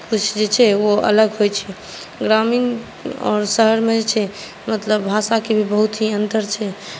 किछु जे छै से अलग होइ छै ग्रामीण आओर शहरमे जे छै मतलब भाषाके भी बहुत अन्तर छै